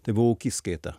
tai buvo ūkiskaita